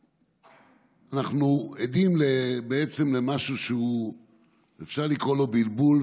אנחנו עדים למשהו שאפשר לקרוא לו בלבול,